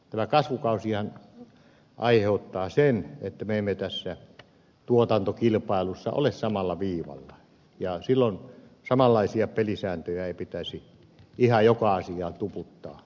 tämä kasvukausihan aiheuttaa sen että me emme tässä tuotantokilpailussa ole samalla viivalla ja silloin samanlaisia pelisääntöjä ei pitäisi ihan joka asiaan tuputtaa suomessa